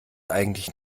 eigentlich